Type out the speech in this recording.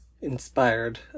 inspired